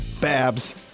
Babs